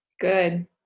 Good